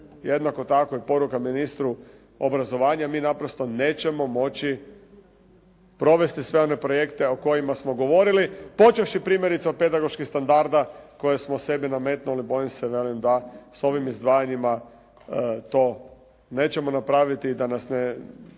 jednako tako je i poruka ministru obrazovanja mi naprosto nećemo moći provesti sve one projekte o kojima smo govorili počevši primjerice od pedagoških standarda koje smo sebi nametnuli. Bojim se velim da s ovim izdvajanjima to nećemo napraviti i da nas ne,